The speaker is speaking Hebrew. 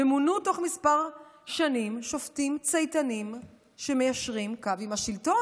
ומונו בתוך כמה שנים שופטים צייתנים שמיישרים קו עם השלטון,